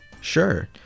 Sure